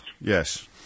yes